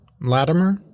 Latimer